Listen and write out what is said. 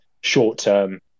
short-term